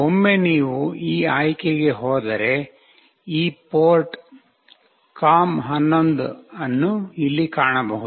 ಒಮ್ಮೆ ನೀವು ಈ ಆಯ್ಕೆಗೆ ಹೋದರೆ ಈ ಪೋರ್ಟ್ com11 ಅನ್ನು ಇಲ್ಲಿ ಕಾಣಬಹುದು